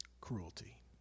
cruelty